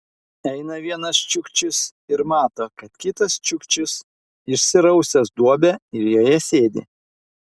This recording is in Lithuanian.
eina vienas čiukčis ir mato kad kitas čiukčis išsirausęs duobę ir joje sėdi